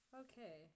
okay